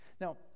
Now